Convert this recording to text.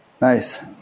Nice